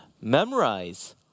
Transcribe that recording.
memorize